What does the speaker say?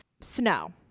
Snow